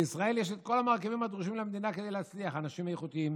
בישראל יש את כל המרכיבים הדרושים למדינה כדי להצליח: אנשים איכותיים,